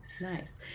Nice